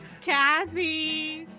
Kathy